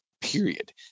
period